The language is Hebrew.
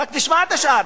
רק תשמע את השאר.